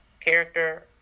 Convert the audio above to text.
character